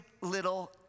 little